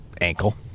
ankle